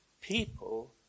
people